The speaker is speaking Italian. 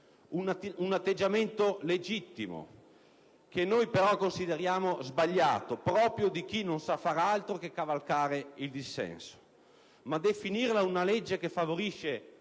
Un atteggiamento legittimo, che noi però consideriamo sbagliato, proprio di chi non sa far altro che cavalcare il dissenso. Ma definirla una legge che favorisce